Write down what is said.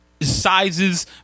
Sizes